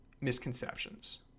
Misconceptions